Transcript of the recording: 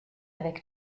avec